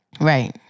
Right